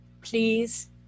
please